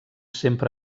sempre